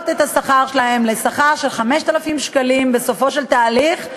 את השכר שלהם לשכר של 5,000 שקלים בסופו של תהליך.